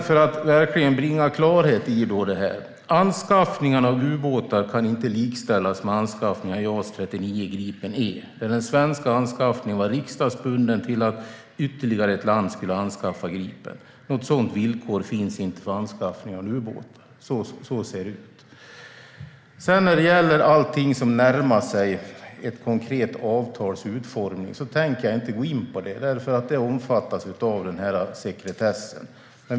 För att verkligen bringa klarhet i det här: Anskaffningen av ubåtar kan inte likställas med anskaffningen av JAS 39 Gripen E, där den svenska anskaffningen var riksdagsbunden till att ytterligare ett land skulle anskaffa Gripen. Något sådant villkor finns inte för anskaffningen av ubåtar. Så ser det ut. Jag tänker inte gå in på något som närmar sig ett konkret avtals utformning, då detta omfattas av sekretessen.